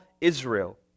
Israel